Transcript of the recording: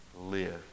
live